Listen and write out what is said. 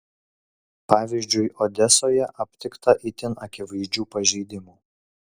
pavyzdžiui odesoje aptikta itin akivaizdžių pažeidimų